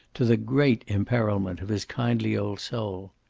to the great imperilment of his kindly old soul.